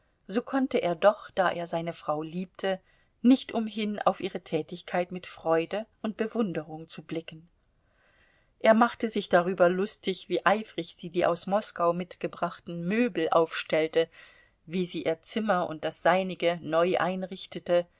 so konnte er doch da er seine frau liebte nicht umhin auf ihre tätigkeit mit freude und bewunderung zu blicken er machte sich darüber lustig wie eifrig sie die aus moskau mitgebrachten möbel aufstellte wie sie ihr zimmer und das seinige neu einrichtete